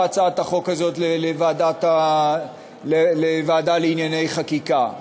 הצעת החוק הזאת לוועדה לענייני חקיקה?